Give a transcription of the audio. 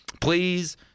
Please